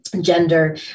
gender